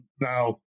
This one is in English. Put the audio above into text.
now